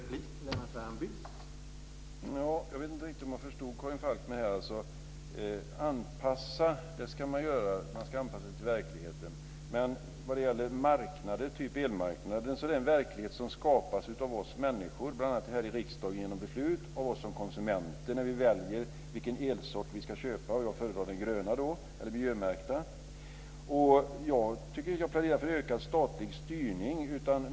Herr talman! Jag vet inte om jag riktigt förstod Karin Falkmers inlägg. Man ska anpassa sig till verkligheten, men elmarknaden är en verklighet som skapas av oss människor, bl.a. genom beslut här i riksdagen och av oss som konsumenter när vi väljer vilken elsort vi ska köpa. Jag föredrar då den gröna eller miljömärkta. Jag tycker inte att vi ska planera för ökad statlig styrning.